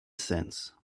sense